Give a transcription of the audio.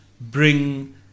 bring